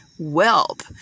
Whelp